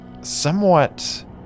somewhat